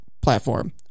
platform